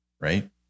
Right